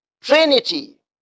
Trinity